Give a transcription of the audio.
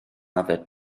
yfed